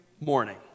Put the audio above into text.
morning